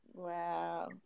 Wow